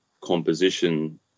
composition